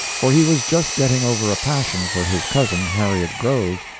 for he was just getting over a passion for his cousin, harriet grove,